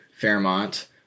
Fairmont